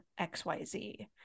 XYZ